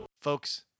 Folks